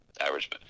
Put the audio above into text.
average